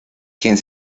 quien